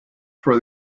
for